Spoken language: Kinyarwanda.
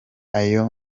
ayo